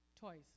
toys